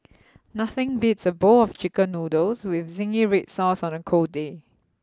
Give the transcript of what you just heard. nothing beats a bowl of chicken noodles with zingy red sauce on a cold day